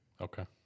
Okay